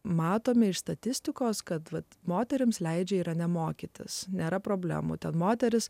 matome iš statistikos kad moterims leidžia yra ne mokytis nėra problemų ten moterys